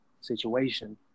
situation